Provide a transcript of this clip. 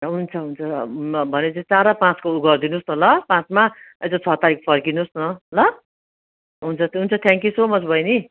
हुन्छ हुन्छ भनेपछि चार र पाँचको उ गरिदिनुहोस् न ल पाँचमा यसो छ तारिक फर्किनुहोस् न ल हुन्छ हुन्छ थ्याङ्कयू सो मच बहिनी